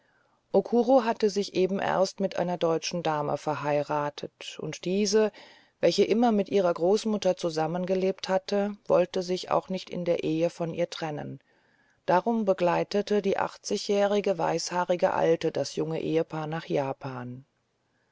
hatte sich eben erst mit einer deutschen dame verheiratet und diese welche immer mit ihrer großmutter zusammengelebt hatte wollte sich auch nicht in der ehe von ihr trennen darum begleitete die achtzigjährige weißhaarige alte das junge ehepaar nach japan